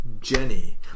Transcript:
Jenny